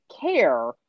care